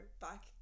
back